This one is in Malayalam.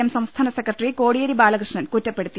എം സംസ്ഥാന സെക്ര ട്ടറി കോടിയേരി ബാലകൃഷ്ണൻ കുറ്റപ്പെടുത്തി